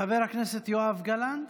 חבר הכנסת יואב גלנט.